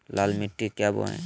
लाल मिट्टी क्या बोए?